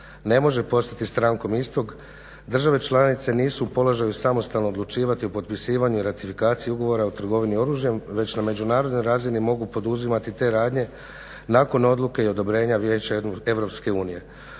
ne može postati strankom istog, države članice nisu u položaju samostalno odlučivati o potpisivanju i ratifikaciji ugovora o trgovini oružjem, već na međunarodnoj razini mogu poduzimati te radnje nakon odluke i odobrenja Vijeća EU, donesene